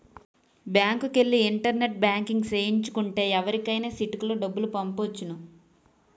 బ్యాంకుకెల్లి internet banking సేయించు కుంటే ఎవరికైనా సిటికలో డబ్బులు పంపొచ్చును